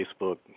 Facebook